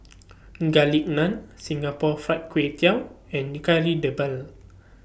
Garlic Naan Singapore Fried Kway Tiao and Kari Debal